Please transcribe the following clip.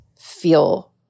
feel